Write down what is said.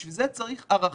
בשביל זה צריך ערכים,